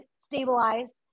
stabilized